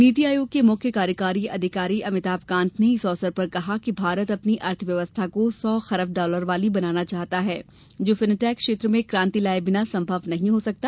नीति आयोग के मुख्य कार्यकारी अधिकारी अमिताभ कांत ने इस अवसर पर कहा कि भारत अपनी अर्थव्यवस्था को सौ खरब डॉलर वाली बनाना चाहता है जो फिनटैक क्षेत्र में क्रांति लाये बिना संभव नहीं हो सकता